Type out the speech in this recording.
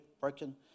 broken